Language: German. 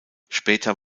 später